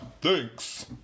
thanks